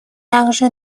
также